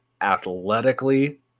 athletically